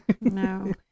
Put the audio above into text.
No